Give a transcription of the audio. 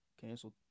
Canceled